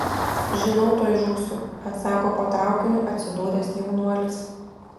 žinau tuoj žūsiu atsako po traukiniu atsidūręs jaunuolis